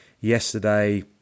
yesterday